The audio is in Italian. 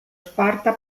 sparta